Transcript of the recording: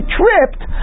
tripped